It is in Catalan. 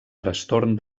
trastorn